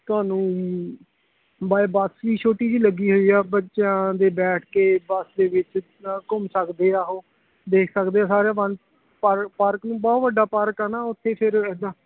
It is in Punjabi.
ਤੁਹਾਨੂੰ ਬਾਏ ਬੱਸ ਵੀ ਛੋਟੀ ਜਿਹੀ ਲੱਗੀ ਹੋਈ ਆ ਬੱਚਿਆਂ ਦੇ ਬੈਠ ਕੇ ਬੱਸ ਦੇ ਵਿੱਚ ਘੁੰਮ ਸਕਦੇ ਆ ਉਹ ਦੇਖ ਸਕਦੇ ਆ ਸਾਰੇ ਬਨ ਪਾਰਕ ਪਾਰਕ ਨੂੰ ਬਹੁਤ ਵੱਡਾ ਪਾਰਕ ਆ ਨਾ ਉੱਥੇ ਫਿਰ ਇੱਦਾਂ